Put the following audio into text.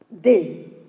day